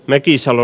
mäkisalo